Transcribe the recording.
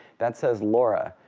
that says laura.